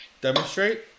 demonstrate